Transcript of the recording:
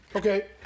Okay